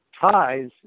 ties